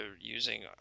using